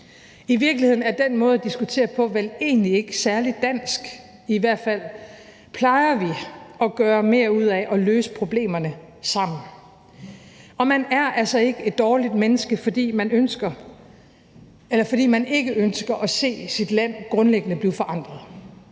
I virkeligheden er den måde at diskutere på vel egentlig ikke særlig dansk. I hvert fald plejer vi at gøre mere ud af at løse problemerne sammen. Og man er altså ikke et dårligt menneske, fordi man ikke ønsker at se sit land grundlæggende blive forandret